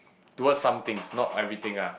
towards something is not everything ah